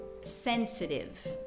sensitive